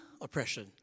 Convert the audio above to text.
oppression